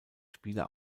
spieler